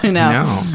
no.